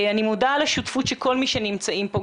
אני מודה על השותפות של כל מי שנמצאים פה,